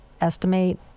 estimate